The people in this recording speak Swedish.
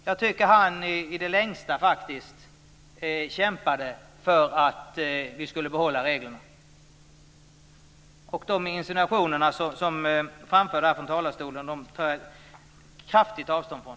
Jag tycker att han i det längsta kämpade för att vi skulle få behålla reglerna. De insinuationer som framförts härifrån talarstolen tar jag kraftig avstånd från.